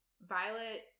Violet